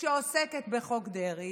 שעוסקת בחוק דרעי,